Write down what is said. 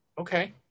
Okay